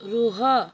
ରୁହ